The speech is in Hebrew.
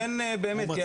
ואין באמת.